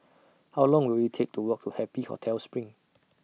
How Long Will IT Take to Walk to Happy Hotel SPRING